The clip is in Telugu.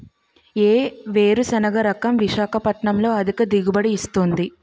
ఏ వేరుసెనగ రకం విశాఖపట్నం లో అధిక దిగుబడి ఇస్తుంది?